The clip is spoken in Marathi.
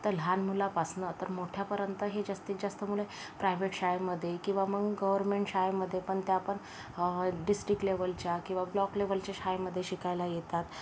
तर लहान मुलांपासनं ते मोठ्यापर्यंत हे जास्तीत जास्त मुलं प्रायव्हेट शाळेमध्ये किंवा मग गव्हर्मेंट शाळेमध्ये पण त्या पण डिस्ट्रिक्ट लेव्हलच्या किंवा ब्लॉक लेव्हलच्या शाळेमध्ये शिकायला येतात